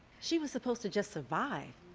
she was supposed to just survive.